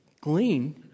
glean